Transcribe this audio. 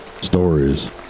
Stories